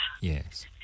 Yes